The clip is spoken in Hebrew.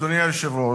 אדוני היושב-ראש,